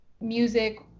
music